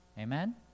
Amen